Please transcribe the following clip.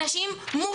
אלה אנשים מורשעים,